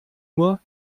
nur